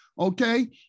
Okay